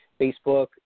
Facebook